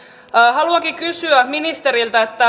haluankin kysyä ministeriltä